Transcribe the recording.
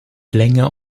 länger